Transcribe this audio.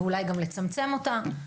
ואולי גם לצמצם אותה.